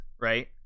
right